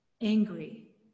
angry